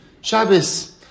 Shabbos